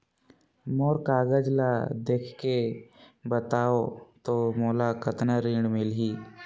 मोर कागज ला देखके बताव तो मोला कतना ऋण मिलही?